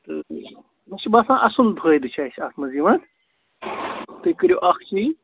تہٕ مےٚ چھُ باسان اَصٕل فٲیدٕ چھُ اَسہِ اَتھ منٛز یِوان تُہۍ کٔرِو اَکھ چیٖز